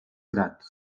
grans